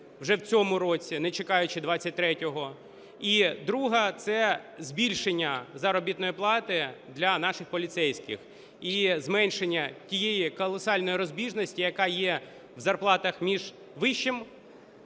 вже в цьому році, не чекаючи 23-го; і друга – це збільшення заробітної плати для наших поліцейських, і зменшення тієї колосальної розбіжності, яка є в зарплатах між вищим